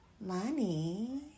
Money